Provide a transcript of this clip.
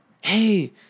hey